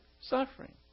suffering